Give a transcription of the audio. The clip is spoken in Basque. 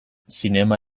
zinema